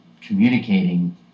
communicating